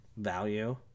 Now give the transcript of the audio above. Value